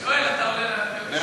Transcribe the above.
מי שותה שוקו, רוצה עוד שוקו בחוץ?